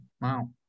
Wow